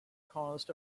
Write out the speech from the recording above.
caused